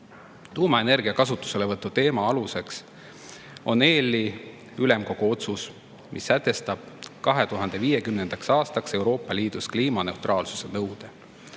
Tuumaenergia kasutuselevõtu teema aluseks on EL‑i ülemkogu otsus, mis sätestab 2050. aastaks Euroopa Liidus kliimaneutraalsuse nõude.